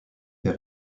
fait